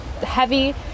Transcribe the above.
heavy